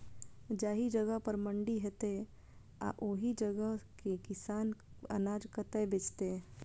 जाहि जगह पर मंडी हैते आ ओहि जगह के किसान अनाज कतय बेचते?